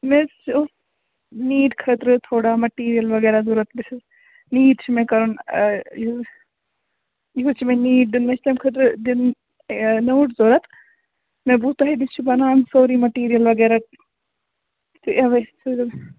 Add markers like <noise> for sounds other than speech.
مےٚ حظ اوس نیٖٹ خٲطرٕ تھوڑا میٹیٖریَل وغیرہ ضروٗرت بہٕ چھَس نیٖٹ چھُ مےٚ کَرُن یہِ یِہُس چھُ مےٚ نیٖٹ دیُن مےٚ چھِ تَمہِ خٲطرٕ دِیُن نوٹ ضروٗرت مےٚ بوٗز تۄہہِ نِش چھِ بَنان سورُے میٹیٖریَل وغیرہ تہٕ اَوے <unintelligible>